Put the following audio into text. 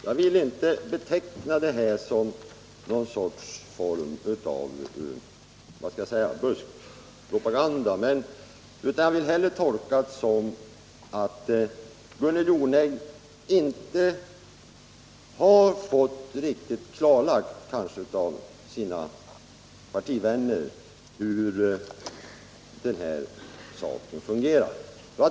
Jag vill inte beteckna det som någon sorts buskpropaganda, utan jag vill hellre tolka det så att Gunnel Jonäng inte riktigt har fått klarlagt av sina partivänner hur det hela fungerar.